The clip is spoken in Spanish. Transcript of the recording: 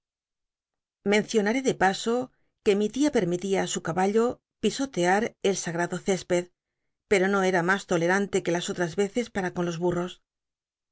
ll'é de paso que mi lia pemütia i su caballo pisotea e sagrado césped pero no era mas tolcmntc que otms yeces para con los